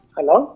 Hello